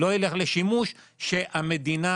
לשימוש שהמדינה